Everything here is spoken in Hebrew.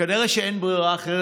וכנראה שאין ברירה אחרת,